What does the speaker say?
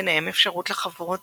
ביניהם אפשרות לחברות